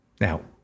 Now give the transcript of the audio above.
Now